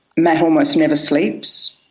matt almost never sleeps,